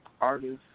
artists